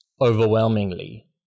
overwhelmingly